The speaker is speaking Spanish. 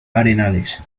arenales